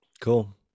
cool